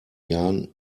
jahren